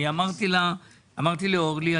אמרתי לאורלי.